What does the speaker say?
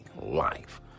life